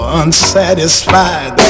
unsatisfied